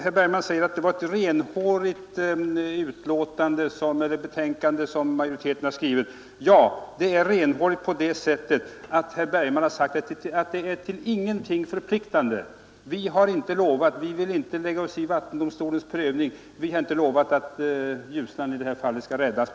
Nr 145 De Bergman FRE ru STAG SI OVE REN skrivit ett renhårigt Fredagen den betänkande. Ja, det är renhårigt på det sättet att det — som herr Bergman 15idécemböer 1972. sagt — är till intet förpliktande: vi vill inte lägga oss i vattendomstolens —— prövning, vi har inte på något sätt lovat att Ljusnan skall räddas.